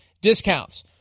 discounts